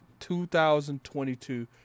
2022